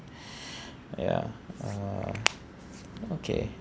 ya uh okay